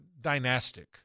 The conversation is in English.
dynastic